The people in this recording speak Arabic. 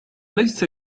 ليس